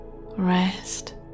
rest